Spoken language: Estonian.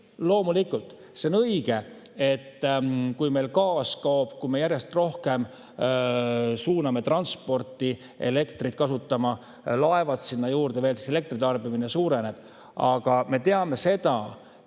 loomulikult, see on õige, et kui meil gaas kaob, kui me järjest rohkem suuname transporti elektrit kasutama, laevad sinna juurde veel, siis elektritarbimine suureneb. Aga me teame,